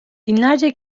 binlerce